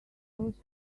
was